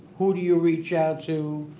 who do you reach out to,